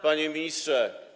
Panie Ministrze!